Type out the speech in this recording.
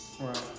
Right